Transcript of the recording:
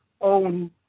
own